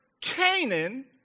Canaan